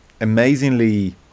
amazingly